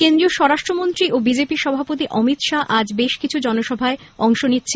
কেন্দ্রীয় স্বরাষ্ট্রমন্ত্রী ও বিজেপি সভাপতি অমিত শাহ আজ বেশকিছু জনসভায় অংশ নিচ্ছেন